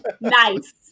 Nice